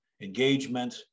engagement